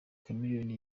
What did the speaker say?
chameleone